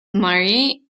marie